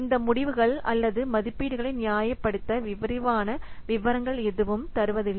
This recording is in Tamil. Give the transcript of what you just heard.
இந்த முடிவுகள் அல்லது மதிப்பீடுகளை நியாயப்படுத்த விரிவான விவரங்கள் எதுவும் தருவதில்லை